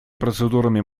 процедурами